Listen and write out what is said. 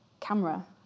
camera